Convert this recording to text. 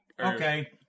Okay